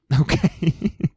Okay